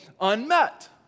unmet